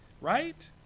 right